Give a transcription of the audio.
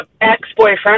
ex-boyfriend